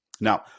Now